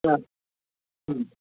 हा